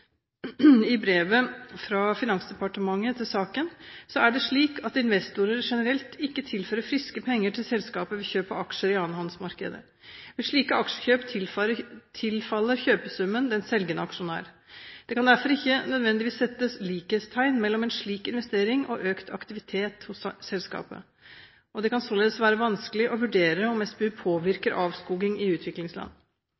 i brevet fra Finansdepartementet til saken, tilfører ikke investorer generelt friske penger til selskapet ved kjøp av aksjer i annenhåndsmarkedet. Ved slike aksjekjøp tilfaller kjøpesummen den selgende aksjonæren. Det kan derfor ikke nødvendigvis settes likhetstegn mellom en slik investering og økt aktivitet hos selskapet, og det kan således være vanskelig å vurdere om SPU